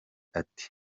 ati